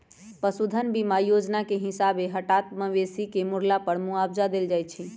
पशु धन बीमा जोजना के हिसाबे हटात मवेशी के मरला पर मुआवजा देल जाइ छइ